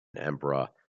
emperor